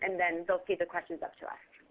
and then they'll feed the questions up to us.